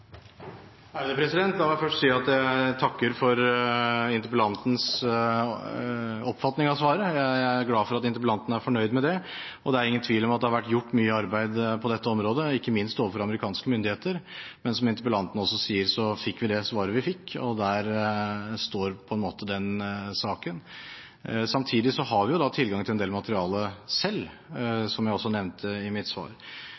La meg først si at jeg takker for interpellantens oppfatning av svaret. Jeg er glad for at interpellanten er fornøyd med det. Det er ingen tvil om at det har vært gjort mye arbeid på dette området, ikke minst overfor amerikanske myndigheter, men som interpellanten også sier, fikk vi det svaret vi fikk, og der står på en måte den saken. Samtidig har vi tilgang til en del materiale selv, som jeg også nevnte i mitt svar.